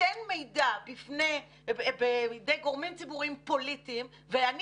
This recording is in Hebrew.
ניתן מידע בידי גורמים ציבוריים פוליטיים ואני